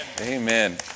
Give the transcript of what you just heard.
Amen